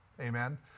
Amen